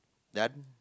done